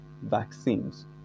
vaccines